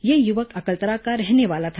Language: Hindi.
यह युवक अकलतरा का रहने वाला था